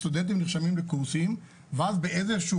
סטודנטים נרשמים לקורסים ואז באיזשהו